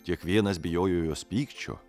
kiekvienas bijojo jos pykčio